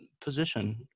position